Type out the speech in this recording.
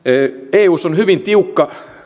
eussa on hyvin tiukka